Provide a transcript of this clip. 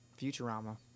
Futurama